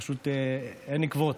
פשוט אין עקבות.